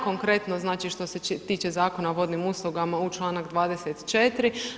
Konkretno, znači što se tiče Zakona o vodnim uslugama, u čl. 24.